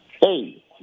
Hey